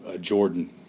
Jordan